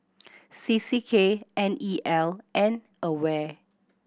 C C K N E L and AWARE